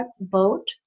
boat